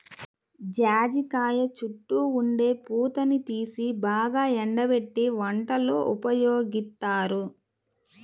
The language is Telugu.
జాజికాయ చుట్టూ ఉండే పూతని తీసి బాగా ఎండబెట్టి వంటల్లో ఉపయోగిత్తారు